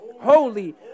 holy